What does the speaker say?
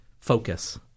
focus